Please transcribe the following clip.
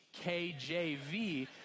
KJV